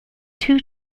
two